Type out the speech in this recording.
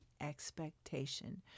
expectation